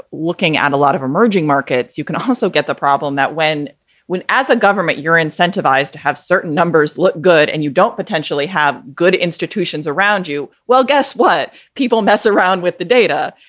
looking at a lot of emerging markets, you can also get the problem that when when as a government, you're incentivized to have certain numbers look good and you don't potentially have good institutions around you. well, guess what? people mess around with the data.